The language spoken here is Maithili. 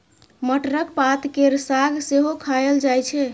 मटरक पात केर साग सेहो खाएल जाइ छै